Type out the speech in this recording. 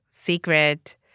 secret